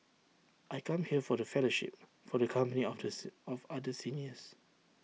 I come here for the fellowship for the company of of other seniors